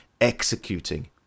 executing